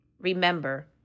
Remember